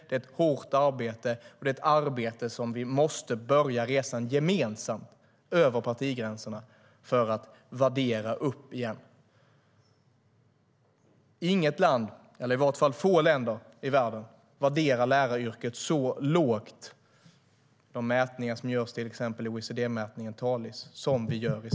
Det är ett hårt arbete, och det är ett arbete där vi måste börja resan gemensamt över partigränserna för att värdera upp yrket igen. Få länder i världen värderar läraryrket så lågt som vi gör i Sverige, enligt de mätningar som görs i till exempel OECD-mätningen Talis.